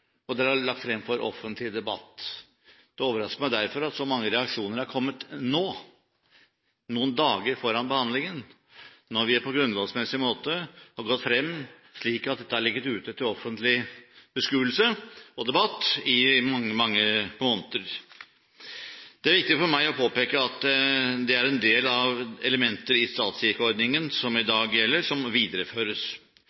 er lagt frem til offentlig debatt. Det overrasker meg derfor at så mange reaksjoner har kommet nå, noen dager før behandlingen, når vi har gått frem på grunnlovsmessig måte: Dette har ligget ute til offentlig beskuelse og debatt i mange, mange måneder. Det er viktig for meg å påpeke at det er en del elementer i statskirkeordningen som videreføres. Den norske kirke skal ha særskilt forankring i